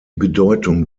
bedeutung